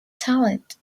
talent